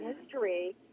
history